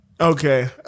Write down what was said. Okay